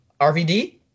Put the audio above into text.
RVD